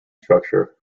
structure